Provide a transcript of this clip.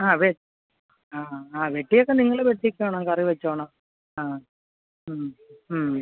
ആ ആ വെട്ടിയൊക്കെ നിങ്ങൾ വെട്ടിക്കോണം കറി വച്ചോണം ആ